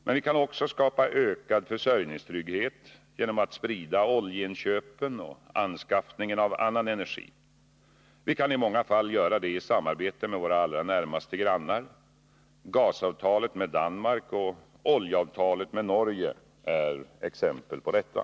Men vi kan också skapa ökad försörjningstrygghet genom att sprida oljeinköpen och anskaffningen av annan energi. Vi kan i många fall göra det i samarbete med våra allra närmaste grannar. Gasavtalet med Danmark och oljeavtalet med Norge är exempel på detta.